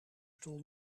stoel